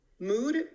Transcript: Mood